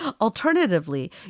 Alternatively